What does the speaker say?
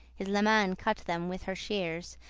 his leman cut them with her shears,